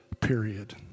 period